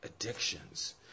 addictions